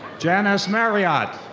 janice marriot.